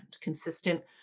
consistent